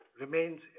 remains